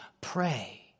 pray